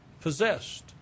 possessed